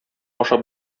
ашап